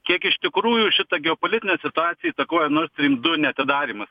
kiek iš tikrųjų šitą geopolitinę situaciją įtakoja nord strym du neatidarymas